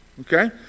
Okay